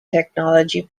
technology